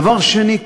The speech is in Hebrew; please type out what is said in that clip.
דבר שני,